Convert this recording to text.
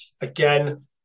again